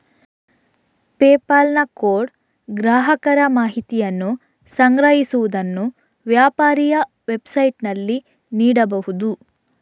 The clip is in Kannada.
ಪೆಪಾಲ್ ನ ಕೋಡ್ ಗ್ರಾಹಕರ ಮಾಹಿತಿಯನ್ನು ಸಂಗ್ರಹಿಸುವುದನ್ನು ವ್ಯಾಪಾರಿಯ ವೆಬ್ಸೈಟಿನಲ್ಲಿ ನೀಡಬಹುದು